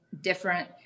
different